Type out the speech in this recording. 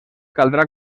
caldrà